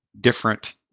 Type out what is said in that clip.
different